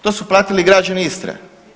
To su platiti građani Istre.